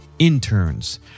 interns